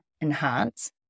enhance